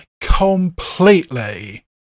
completely